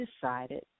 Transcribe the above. decided